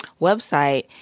website